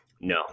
No